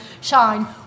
Shine